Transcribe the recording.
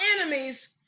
enemies